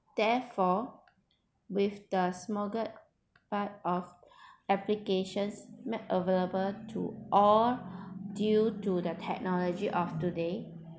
therefore with the smorgasbord of applications make available to all due to the technology of today